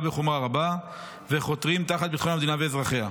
בחומרה רבה וחותרים תחת ביטחון המדינה ואזרחיה.